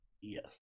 Yes